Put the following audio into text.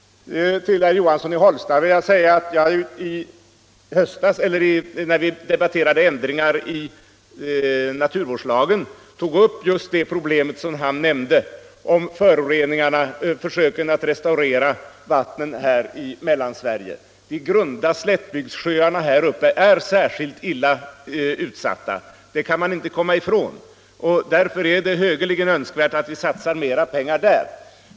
Till herr Johansson i Hållsta vill jag säga att jag när vi debatterade ändringar i naturvårdslagen tog upp just det problem som han nämnde om försöken att restaurera vattnen i Mellansverige. De grunda slättbygdssjöarna här uppe är särskilt illa utsatta — det kan man inte komma ifrån —- och därför är det önskvärt att vi satsar mera pengar där.